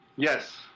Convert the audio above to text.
Yes